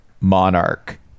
monarch